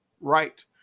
right-